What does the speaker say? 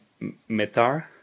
metar